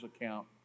account